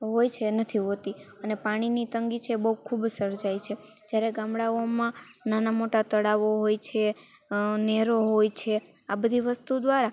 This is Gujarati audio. હોય છે નથી હોતી અને પાણીની તંગી છે બહું ખુબ સર્જાય છે જયારે ગામડાઓમાં નાનાં મોટા તળાવો હોય છે નહેરો હોય છે આ બધી વસ્તુ દ્વારા